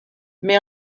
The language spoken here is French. mais